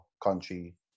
country